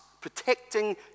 protecting